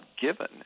given